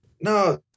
No